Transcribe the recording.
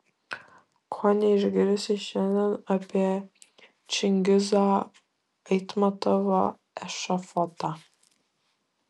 ko neišgirsi šiandien apie čingizo aitmatovo ešafotą